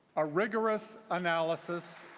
a rigorous analysis